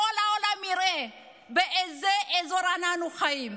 שכל העולם יראה באיזה אזור אנחנו חיים.